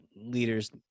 leaders